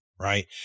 right